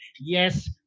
yes